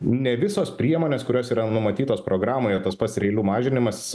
ne visos priemonės kurios yra numatytos programoje tas pats ir eilių mažinimas